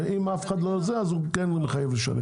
אם אף אחד לא זה, אז הוא כן מחייב לשלם.